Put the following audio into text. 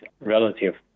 relative